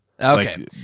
Okay